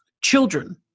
children